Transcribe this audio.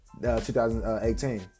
2018